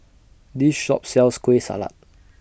This Shop sells Kueh Salat